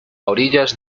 orillas